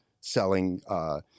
selling